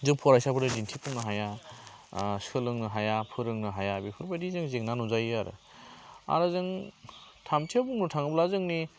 जों फरायसाफोरनो दिन्थिफुंनो हाया सोलोंनो हाया फोरोंनो हाया बेफोर बादि जों जेंना नुजायो आरो आरो जों थामथियाव बुंनो थाङोब्ला जोंनि